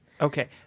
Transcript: Okay